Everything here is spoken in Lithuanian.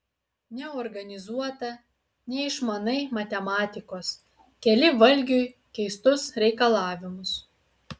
neorganizuota neišmanai matematikos keli valgiui keistus reikalavimus